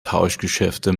tauschgeschäfte